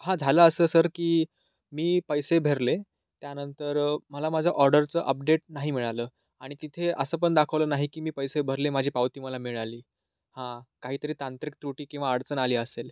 हा झालं असं सर की मी पैसे भरले त्यानंतर मला माझं ऑर्डरचं अपडेट नाही मिळालं आणि तिथे असं पण दाखवलं नाही की मी पैसे भरले माझे पावती मला मिळाली हां काहीतरी तांत्रिक त्रुटी किंवा अडचण आली असेल